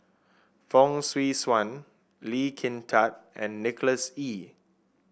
Fong Swee Suan Lee Kin Tat and Nicholas Ee